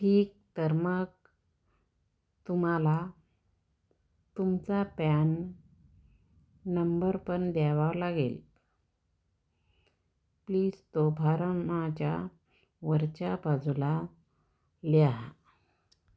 ठीक तर मग तुम्हाला तुमचा पॅन नंबर पण द्यावा लागेल प्लीज तो फार्माच्या वरच्या बाजूला लिहा